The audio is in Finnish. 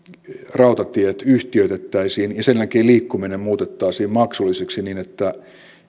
rautatiet yhtiöitettäisiin ja sen jälkeen liikkuminen muutettaisiin maksulliseksi niin että